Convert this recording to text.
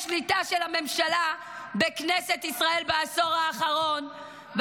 יש שליטה של הממשלה בכנסת ישראל בעשור האחרון ,